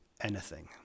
anything